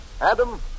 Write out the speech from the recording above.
Adam